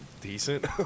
decent